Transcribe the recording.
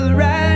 right